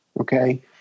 Okay